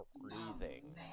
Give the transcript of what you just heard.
breathing